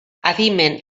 adimen